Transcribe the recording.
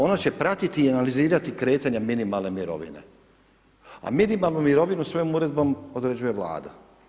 Ono će pratiti i analizirati kretanja minimalne mirovine, a minimalnu mirovinu svojom Uredbom određuje Vlada.